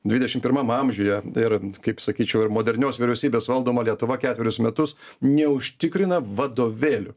dvidešim pirmam amžiuje ir kaip sakyčiau ir modernios vyriausybės valdoma lietuva ketverius metus neužtikrina vadovėlių